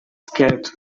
skirt